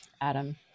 Adam